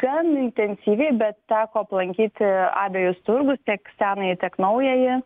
gan intensyviai bet teko aplankyti abejus turgus tiek senąjį tiek naująjį